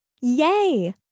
Yay